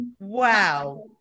Wow